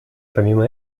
помимо